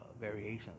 variations